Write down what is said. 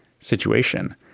situation